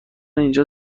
اینجا